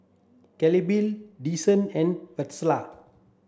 Claribel Desean and Vester